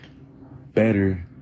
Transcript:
better